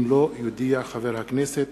אם לא יודיע חבר הכנסת